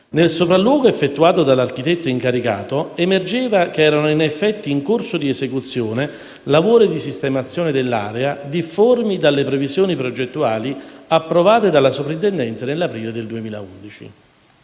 Nel sopralluogo effettuato dall'architetto incaricato emergeva che erano in effetti in corso di esecuzione lavori di sistemazione dell'area difformi dalle previsioni progettuali approvate dalla Soprintendenza nell'aprile del 2011.